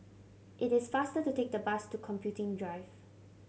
it is faster to take the bus to Computing Drive